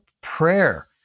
prayer